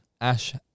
Ash